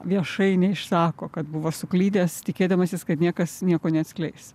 viešai neišsako kad buvo suklydęs tikėdamasis kad niekas nieko neatskleis